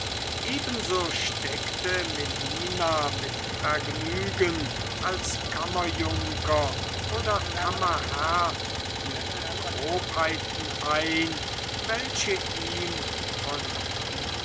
ebenso steckte melina mit vergnügen als kammerjunker oder kammerherr die grobheiten ein welche ihm von